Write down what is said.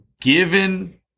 given